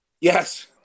Yes